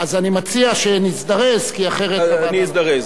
אז אני מציע שנזדרז, כי אחרת, אני אזדרז.